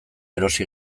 erosi